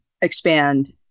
expand